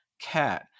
Cat